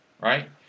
right